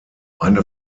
eine